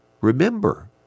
Remember